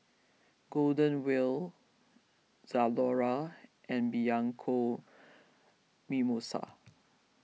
Golden Wheel Zalora and Bianco Mimosa